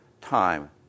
time